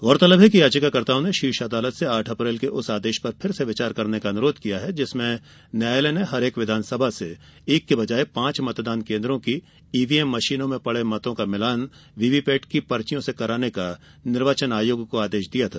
गौरतलब है कि याचिकाकर्ताओं ने शीर्ष अदालत से आठ अप्रैल के उस आदेश पर फिर से विचार करने का अनुरोध किया है जिसमें न्यायालय ने प्रत्येक विधान सभा से एक के बजाय पांच मतदान केंद्रों की ईवीएम मशीनों में पड़े मतों का मिलान वीवीपैट की पर्चियों से कराने का निर्वाचन आयोग को आदेश दिया था